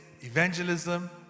evangelism